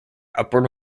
upward